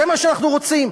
זה מה שאנחנו רוצים?